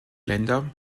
länder